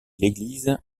l’église